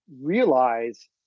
realize